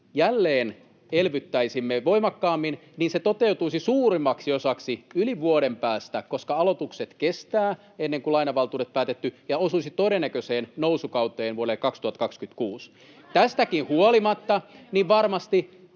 jälleen elvyttäisimme voimakkaammin, niin se toteutuisi suurimmaksi osaksi yli vuoden päästä — koska aloitukset kestävät, ennen kuin lainavaltuudet on päätetty — ja osuisi todennäköiseen nousukauteen vuodelle 2026. Tästäkin huolimatta varmasti